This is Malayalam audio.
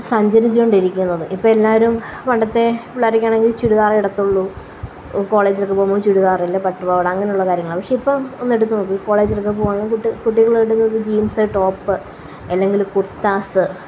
സഞ്ചരിച്ചു കൊണ്ടിരിക്കുന്നത് ഇപ്പോള് എല്ലാവരും പണ്ടത്തെ പിള്ളാരൊക്കെയാണെങ്കില് ചുരിദാറേ ഇടത്തുള്ളൂ കോളേജിലൊക്കെ പോകുമ്പോള് ചുരിദാര് അല്ലെ പട്ടുപാവാട അങ്ങനെയുള്ള കാര്യങ്ങളാണ് പക്ഷേ ഇപ്പോള് ഒന്ന് എടുത്തു നോക്കൂ കോളേജിലൊക്കെ പോവുന്ന കുട്ടികള് ജീന്സ് ടോപ്പ് അല്ലെങ്കില് കുര്ത്താസ്